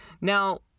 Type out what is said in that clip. Now